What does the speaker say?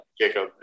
Jacob